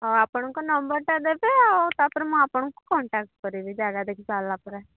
ଆଉ ଆପଣଙ୍କ ନମ୍ବରଟା ଦେବେ ଆଉ ତାପରେ ମୁଁ ଆପଣଙ୍କୁ କଣ୍ଟାକ୍ଟ କରିବି ଜାଗା ଦେଖି ସାରିଲା ପରେ